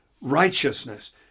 righteousness